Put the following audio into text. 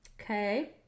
Okay